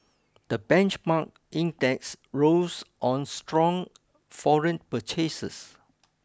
the benchmark index rose on strong foreign purchases